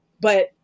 But-